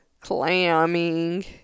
Clamming